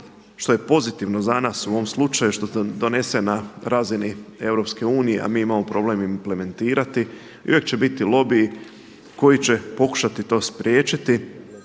što je pozitivno za nas u ovom slučaju što donese na razini EU, a mi imamo problem implementirati. I uvijek će biti lobiji koji će pokušati to spriječiti,